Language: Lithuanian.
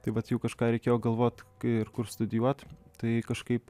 tai vat jau kažką reikėjo galvot ir kur studijuot tai kažkaip